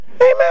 amen